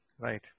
right